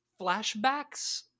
flashbacks